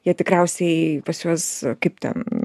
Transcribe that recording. jie tikriausiai pas juos kaip ten